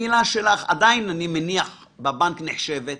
עדיין זו צורת נתינת אשראי